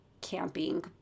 camping